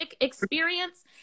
experience